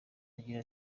agira